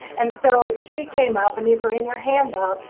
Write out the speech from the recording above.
and so she came up, and these are in your handout,